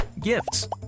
gifts